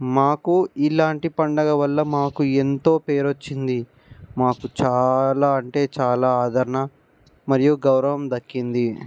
మాకు ఇలాంటి పండగ వల్ల మాకు ఎంతో పేరొచ్చింది మాకు చాలా అంటే చాలా ఆదరణ మరియు గౌరవం దక్కింది